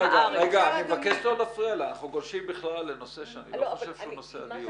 אנחנו גולשים בכלל לנושא שאני לא חושב שהוא נושא הדיון.